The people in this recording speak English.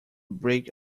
break